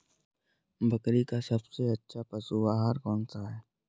बकरी का सबसे अच्छा पशु आहार कौन सा है?